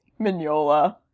Mignola